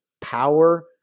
power